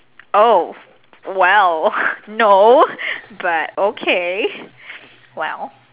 oh well no but okay well